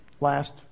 last